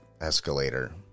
escalator